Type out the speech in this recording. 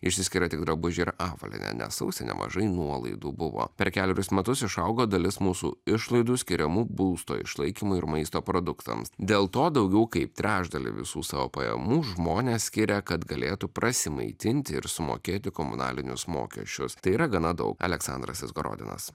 išsiskiria tik drabužiai ir avalynė nes sausį nemažai nuolaidų buvo per kelerius metus išaugo dalis mūsų išlaidų skiriamų būsto išlaikymui ir maisto produktams dėl to daugiau kaip trečdalį visų savo pajamų žmonės skiria kad galėtų prasimaitinti ir sumokėti komunalinius mokesčius tai yra gana daug aleksandras izgorodinas